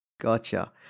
Gotcha